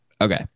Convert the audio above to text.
okay